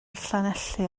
llanelli